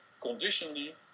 conditionally